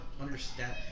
understand